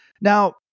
Now